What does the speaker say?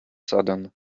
sudden